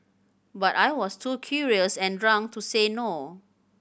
but I was too curious and drunk to say no